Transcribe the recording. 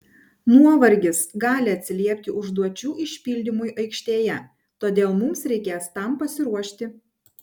nuovargis gali atsiliepti užduočių išpildymui aikštėje todėl mums reikės tam pasiruošti